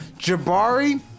Jabari